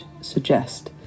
suggest